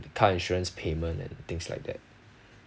car insurance payment and things like that